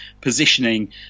positioning